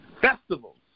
Festivals